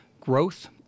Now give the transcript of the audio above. growth